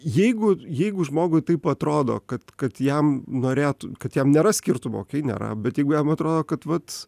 jeigu jeigu žmogui taip atrodo kad kad jam norėtų kad jam nėra skirtumo okei nėra bet jeigu jam atrodo kad vat